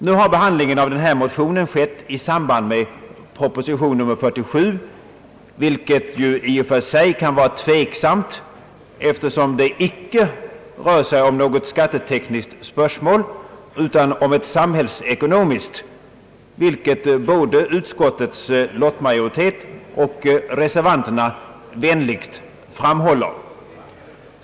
Nu har behandlingen av denna motion skett i samband med propositionen nr 47, vilket i och för sig kan vara tveksamt, eftersom det här icke rör sig om ett skattetekniskt spörsmål utan om ett samhällsekonomiskt, vilket både utskottets lottmajoritet och reservanterna vänligt framhåller.